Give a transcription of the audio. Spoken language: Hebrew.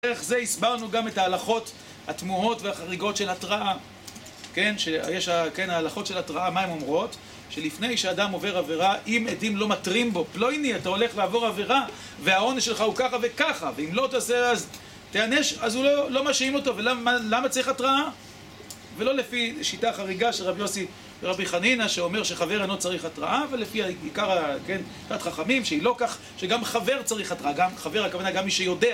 דרך זה הסברנו גם את ההלכות התמוהות והחריגות של התראה, כן, שיש, כן, ההלכות של התראה, מה הם אומרות? שלפני שאדם עובר עבירה, אם עדים לא מתרים בו: פלוני, אתה הולך לעבור עבירה והעונש שלך הוא ככה וככה, ואם לא תעשה אז תיענש, אז הוא לא, לא מאשימים אותו. ו, מ, למה צריך התראה? ולא לפי שיטה החריגה של רב יוסי ורבי חנינא, שאומר שחבר אינו צריך התראה, ולפי עיקר ה, כן, דעת חכמים, שהיא לא כך, שגם חבר צריך התראה; גם - חבר, הכוונה גם מי שיודע